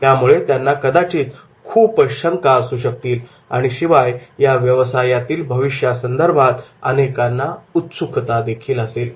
त्यामुळे त्यांना कदाचित खूप शंका असू शकतील आणि शिवाय या व्यवसायातील भविष्यासंदर्भात अनेकांना उत्सुकतादेखील असते